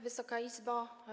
Wysoka Izbo!